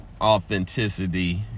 authenticity